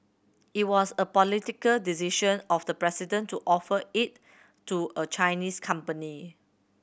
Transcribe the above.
it was a political decision of the president to offer it to a Chinese company